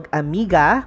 amiga